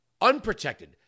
unprotected